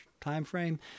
timeframe